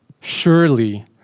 Surely